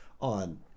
on